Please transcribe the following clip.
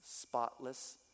spotless